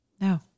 No